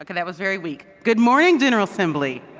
like that was very weak. good morning, general assembly.